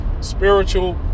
spiritual